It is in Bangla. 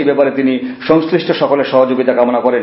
এই ব্যাপারে তিনি সংশ্লিষ্ট সকলের সহযোগিতা কামনা করেন